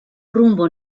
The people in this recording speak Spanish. rumbo